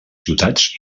ciutats